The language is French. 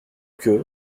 que